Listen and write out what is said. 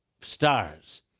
stars